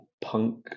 punk